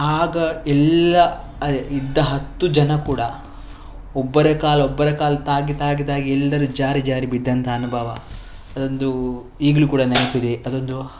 ಆಗ ಎಲ್ಲ ಇದ್ದ ಹತ್ತು ಜನ ಕೂಡ ಒಬ್ಬರ ಕಾಲು ಒಬ್ಬರ ಕಾಲು ತಾಗಿ ತಾಗಿದಾಗೆ ಎಲ್ಲರು ಜಾರಿ ಜಾರಿ ಬಿದ್ದಂತಹ ಅನುಭವ ಅದೊಂದು ಈಗಲೂ ಕೂಡ ನೆನಪಿದೆ ಅದೊಂದು